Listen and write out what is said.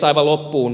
aivan loppuun